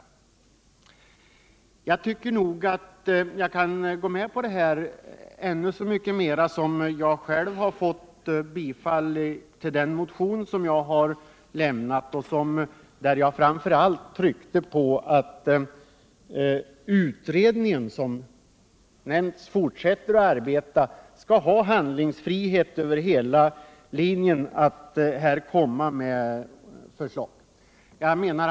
Jag kan gå med på detta så mycket mer som jag själv fått bifall till min motion, där jag framför allt tryckte på att utredningen skall ha handlingsfrihet över hela linjen när det gäller att komma med förslag.